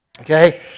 Okay